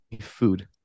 food